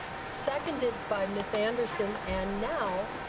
seconded by ms. anderson, and now